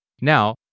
Now